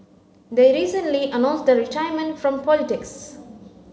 they recently announced the retirement from politics